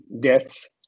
deaths